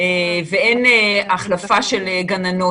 אף אחד מאתנו לא מתיימר להגיע לאפס הדבקה.